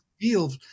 feel